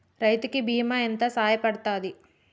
రైతు కి బీమా ఎంత సాయపడ్తది?